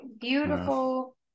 beautiful